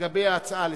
לגבי הצעה לסדר-היום,